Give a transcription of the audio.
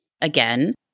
Again